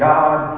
God